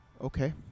Okay